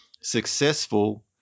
successful